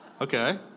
Okay